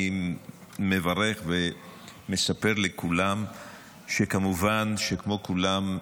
אני מברך, ומספר לכולם שכמובן, כמו כולם,